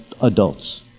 adults